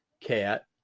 cat